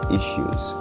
issues